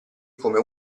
come